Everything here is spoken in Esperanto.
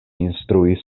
instruis